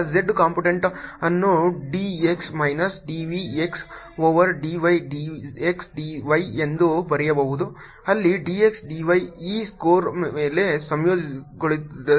dSzdxdy ಇದರ Z ಕಂಪೋನೆಂಟ್ಅನ್ನು d x minus d v x over d y d x d y ಎಂದು ಬರೆಯಬಹುದು ಅಲ್ಲಿ d x d y ಈ square ಮೇಲೆ ಸಂಯೋಜನೆಗೊಳ್ಳುತ್ತದೆ